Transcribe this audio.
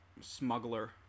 smuggler